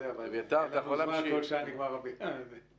מהווה אוכלוסיית סיכון ביטחוני מוגבר ומוכח